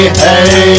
hey